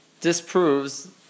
disproves